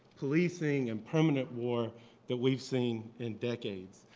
policing, and permanent war that we've seen in decades.